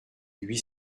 huit